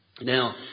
Now